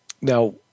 Now